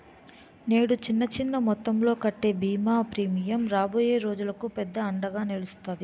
నేడు చిన్న చిన్న మొత్తంలో కట్టే బీమా ప్రీమియం రాబోయే రోజులకు పెద్ద అండగా నిలుస్తాది